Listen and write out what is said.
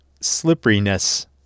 slipperiness